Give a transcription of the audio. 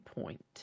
point